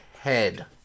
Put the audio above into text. head